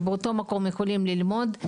הם באותו מקום יכולים ללמוד,